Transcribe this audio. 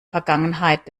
vergangenheit